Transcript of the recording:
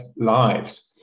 lives